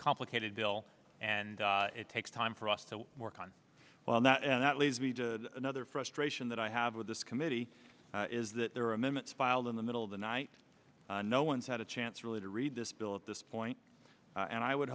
complicated bill and it takes time for us to work on well that and that leads me to another frustration that i have with this committee is that there are amendments filed in the middle of the night no one's had a chance really to read this bill at this point and i would